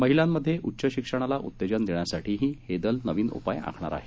महिलांमध्ये उच्च शिक्षणाला उत्तेजन देण्यासाठीही हे दल नवीन उपाय आखणार आहे